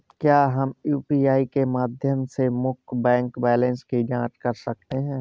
क्या हम यू.पी.आई के माध्यम से मुख्य बैंक बैलेंस की जाँच कर सकते हैं?